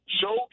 show